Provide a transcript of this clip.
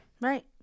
Right